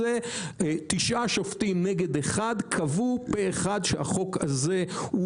תשעה שופטים נגד אחד קבעו פה אחד שהחוק הזה הוא